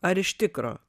ar iš tikro